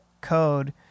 code